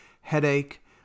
headache